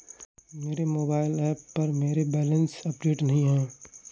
मेरे mobile app पर मेरा बैलेंस अपडेट नहीं है